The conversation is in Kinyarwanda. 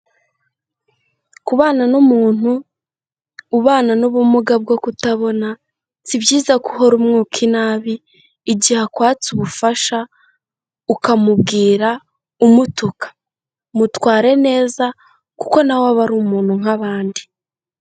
Kubana n'umuntu, ubana n'ubumuga bwo kutabona, si byiza ko uhora umwuka inabi igihe akwatse ubufasha ukamubwira umutuka. Mutware neza kuko nawe aba ari umuntu nk'abandi.